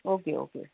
okay okay